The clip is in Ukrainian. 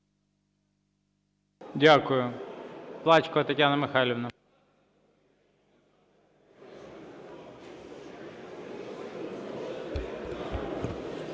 Дякую. Плачкова Тетяна Михайлівна.